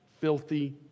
filthy